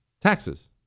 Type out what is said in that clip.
Taxes